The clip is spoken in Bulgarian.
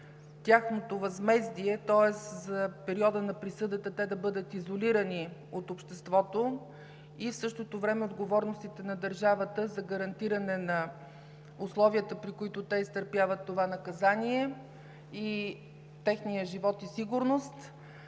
тяхното възмездие, тоест за периода на присъдата те да бъдат изолирани от обществото, а в същото време отговорностите на държавата за гарантиране на условията, при които те изтърпяват това наказание, и техния живот и сигурност,